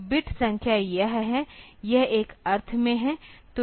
तो बिट संख्या यह है यह एक अर्थ में है